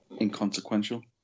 inconsequential